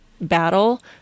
battle